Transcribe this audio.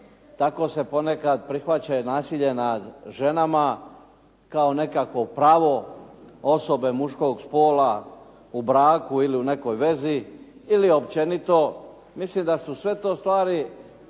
tako se ponekad prihvaća i nasilje nad ženama kao nekakvo pravo osobe muškog spola u braku ili u nekoj vezi ili općenito mislim da su sve to stvari